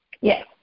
Yes